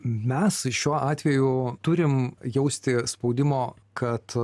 mes šiuo atveju turim jausti spaudimo kad